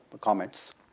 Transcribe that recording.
comments